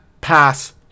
pass